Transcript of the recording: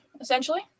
essentially